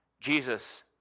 Jesus